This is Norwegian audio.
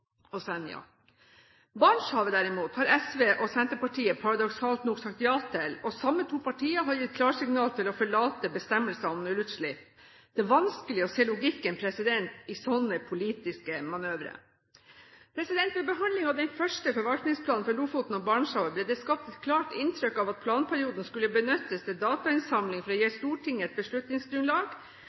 Barentshavet derimot har SV og Senterpartiet paradoksalt nok sagt ja til, og de samme to partiene har gitt klarsignal til å forlate bestemmelsene om nullutslipp. Det er vanskelig å se logikken i slike politiske manøvre. Ved behandlingen av den første forvaltningsplanen for Lofoten og Barentshavet ble det skapt et klart inntrykk av at planperioden skulle benyttes til datainnsamling for å gi Stortinget